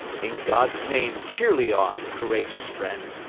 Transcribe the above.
in god's name cheerly on, courageous friends,